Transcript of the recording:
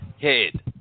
head